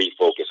refocus